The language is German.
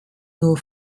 nur